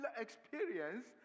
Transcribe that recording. experience